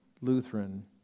Lutheran